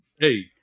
Hey